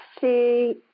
see